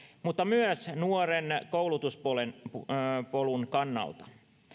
mutta myös nuoren koulutuspolun kannalta